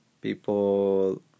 people